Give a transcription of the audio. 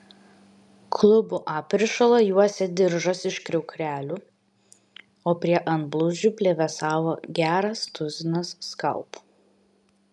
klubų aprišalą juosė diržas iš kriauklelių o prie antblauzdžių plevėsavo geras tuzinas skalpų